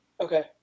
okay